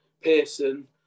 Pearson